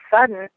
sudden